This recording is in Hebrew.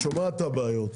את שומעת את הבעיות.